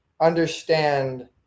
understand